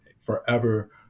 forever